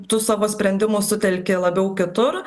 tu savo sprendimus sutelki labiau kitur